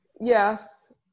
yes